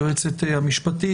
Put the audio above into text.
היועצת המשפטית.